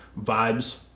Vibes